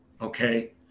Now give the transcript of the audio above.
okay